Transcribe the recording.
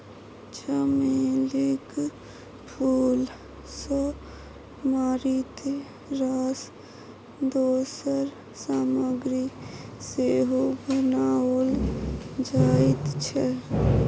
चमेलीक फूल सँ मारिते रास दोसर सामग्री सेहो बनाओल जाइत छै